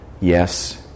Yes